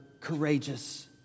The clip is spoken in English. courageous